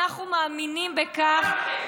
אנחנו מאמינים בכך, נכון.